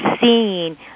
seeing